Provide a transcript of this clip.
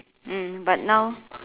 mm but now